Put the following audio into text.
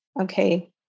okay